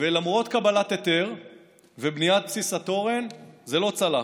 ולמרות קבלת היתר ובניית בסיס התורן זה לא צלח.